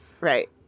right